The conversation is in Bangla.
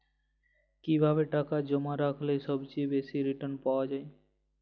কিভাবে টাকা জমা রাখলে সবচেয়ে বেশি রির্টান পাওয়া য়ায়?